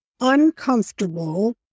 uncomfortable